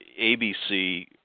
ABC